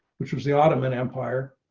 which was the ottoman empire.